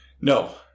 No